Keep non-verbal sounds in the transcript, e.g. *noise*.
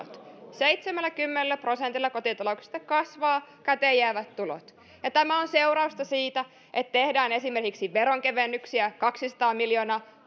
seitsemälläkymmenellä prosentilla kotitalouksista kasvavat käteenjäävät tulot tämä on seurausta siitä että tehdään esimerkiksi veronkevennyksiä kaksisataa miljoonaa *unintelligible*